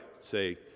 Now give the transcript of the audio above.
say